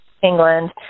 England